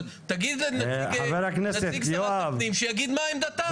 נציג משרד הפנים שיגיד מה עמדתה,